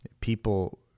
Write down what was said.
people